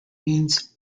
means